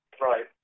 Right